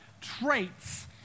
traits